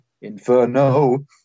Inferno